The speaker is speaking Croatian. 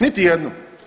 Niti jednu.